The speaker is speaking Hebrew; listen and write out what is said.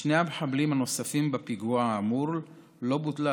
לשני המחבלים הנוספים בפיגוע האמור לא בוטלה